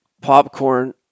popcorn